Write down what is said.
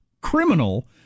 criminal